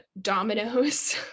dominoes